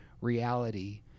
reality